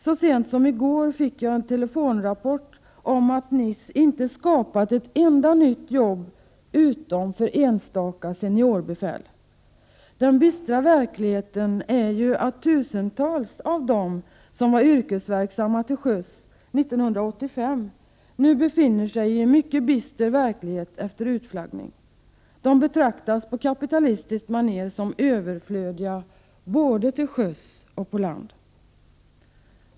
Så sent som i går fick jag en telefonrapport om att NIS inte skapat ett enda nytt jobb, utom för enstaka seniorbefäl. Den bistra verkligheten är att tusentals av dem som var yrkesverksamma till sjöss 1985 nu befinner sig i en mycket svår situation efter utflaggning. De betraktas på kapitalistiskt maner som överflödiga — både till sjöss och på land.